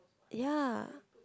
ya